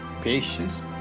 patience